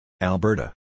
Alberta